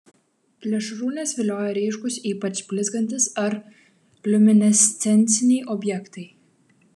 plėšrūnes vilioja ryškūs ypač blizgantys ar liuminescenciniai objektai